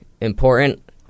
important